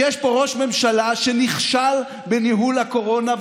שיש פה ראש ממשלה שנכשל בניהול הקורונה,